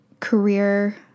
career